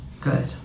good